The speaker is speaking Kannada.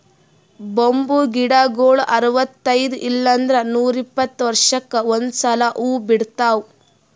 ಬಂಬೂ ಗಿಡಗೊಳ್ ಅರವತೈದ್ ಇಲ್ಲಂದ್ರ ನೂರಿಪ್ಪತ್ತ ವರ್ಷಕ್ಕ್ ಒಂದ್ಸಲಾ ಹೂವಾ ಬಿಡ್ತಾವ್